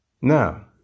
Now